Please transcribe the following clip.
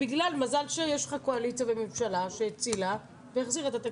מזל שיש לך קואליציה וממשלה שהצילה והחזירה את התקציב.